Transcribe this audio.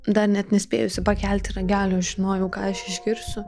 dar net nespėjusi pakelti ragelio žinojau ką aš išgirsiu